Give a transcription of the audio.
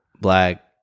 black